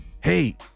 hey